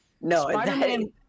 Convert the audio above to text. No